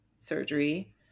surgery